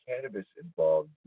cannabis-involved